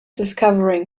discovering